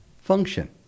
function